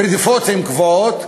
הרדיפות קבועות,